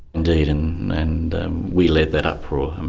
indeed, and and we led that uproar.